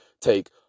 take